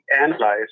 analyze